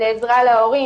לעזרה להורים.